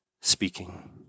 speaking